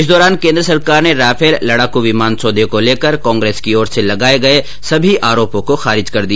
इस दौरान केन्द्र सरकार ने राफेल लडाकू विमान सौदे को लेकर कांग्रेस की ओर से लगाये गये सभी आरोपो को खारिज कर दिया